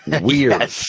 weird